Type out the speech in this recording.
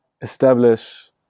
establish